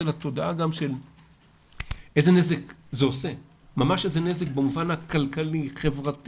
לתודעה של איזה נזק זה עושה במובן החברתי,